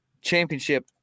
championship